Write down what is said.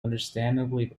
understandably